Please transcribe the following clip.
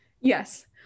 yes